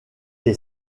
est